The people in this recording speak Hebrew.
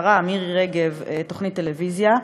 השרה מירי רגב, תוכנית טלוויזיה.